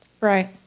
Right